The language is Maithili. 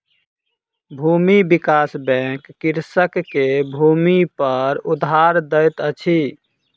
भूमि विकास बैंक कृषक के भूमिपर उधार दैत अछि